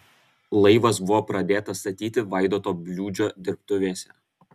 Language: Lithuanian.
laivas buvo pradėtas statyti vaidoto bliūdžio dirbtuvėse